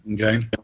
Okay